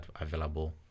available